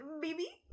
baby